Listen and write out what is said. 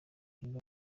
niba